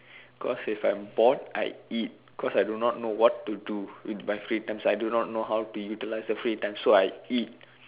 cause if I'm bored I eat cause I do not know what to do with my free time so I do not know how to utilize the free time so I eat